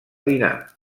dinar